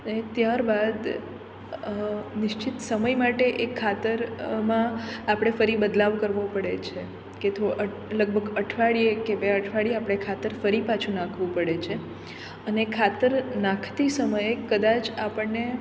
અને ત્યાર બાદ નિશ્ચિત સમય માટે એ ખાતર માં આપણે ફરી બદલાવ કરવો પડે છે કે થો લગભગ અઠવાડિએ કે બે અઠવાડિએ આપણે ખાતર ફરી પાછું નાખવું પડે છે અને ખાતર નાખતી સમયે કદાચ આપણને